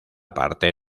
parte